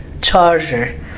charger